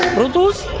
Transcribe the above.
brutals